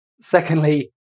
secondly